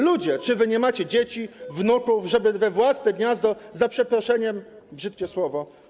Ludzie, czy wy nie macie dzieci, wnuków, żeby we własne gniazdo, za przeproszeniem... brzydkie słowo.